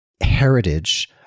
heritage